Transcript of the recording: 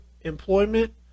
employment